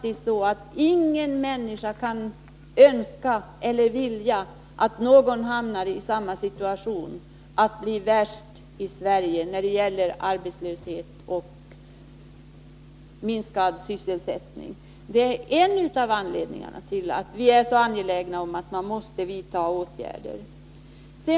Ingen människa kan faktiskt vilja att något område skall hamna i samma situation — att bli värst i Sverige när det gäller arbetslöshet och minskning av sysselsättningen. Detta är en av anledningarna till att vi är så angelägna om att det vidtas åtgärder.